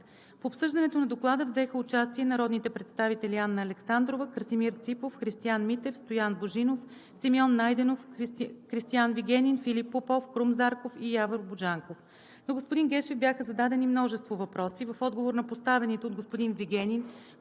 В обсъждането на Доклада взеха участие народните представители Анна Александрова, Красимир Ципов, Христиан Митев, Стоян Божинов, Симеон Найденов, Кристиан Вигенин, Филип Попов, Крум Зарков и Явор Божанков. На господин Гешев бяха зададени множество въпроси. В отговор на поставените от господин Вигенин,